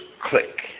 click